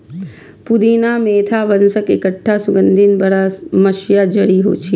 पुदीना मेंथा वंशक एकटा सुगंधित बरमसिया जड़ी छियै